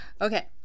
Okay